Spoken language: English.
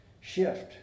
shift